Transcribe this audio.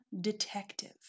Detective